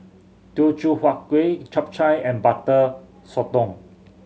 Teochew Huat Kueh Chap Chai and Butter Sotong